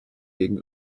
gegen